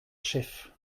chef